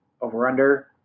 over-under